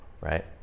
right